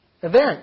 event